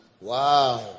Wow